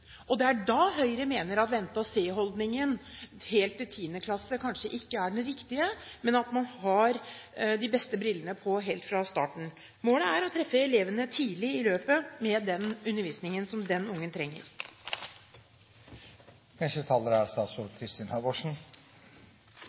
og det er da Høyre mener at vente-og-se-holdningen helt til 10. klasse kanskje ikke er den riktige, men at man har de beste brillene på helt fra starten. Målet er å treffe eleven tidlig i løpet med den undervisningen som den ungen trenger. Jeg klarer ikke å dy meg. Det som er